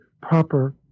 proper